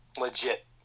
Legit